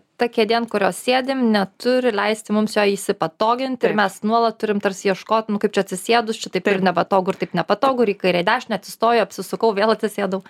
ta kėdė ant kurios sėdim neturi leisti mums joj įsipatoginti ir mes nuolat turim tarsi ieškot nu kaip čia atsisėdus čia taip irgi nepatogu ir taip nepatogu ir į kairę į dešinę atsistojau apsisukau vėl atsisėdau